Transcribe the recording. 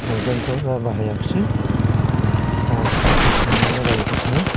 लंफेनखौ बाहायाख्सै दा आंखौसो दुसिनानै रायगासिनो